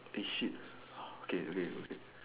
eh shit orh okay okay okay